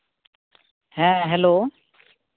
ᱦᱮᱸ ᱦᱮᱞᱳ